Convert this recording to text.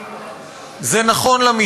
זה נכון לילדים,